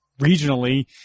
regionally